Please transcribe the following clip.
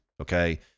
okay